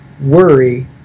worry